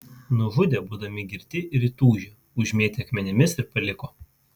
nužudė būdami girti ir įtūžę užmėtė akmenimis ir paliko